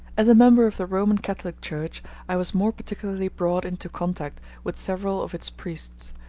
as a member of the roman catholic church i was more particularly brought into contact with several of its priests,